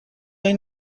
این